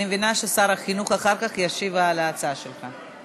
אני מבינה ששר החינוך אחר כך ישיב על ההצעה שלך.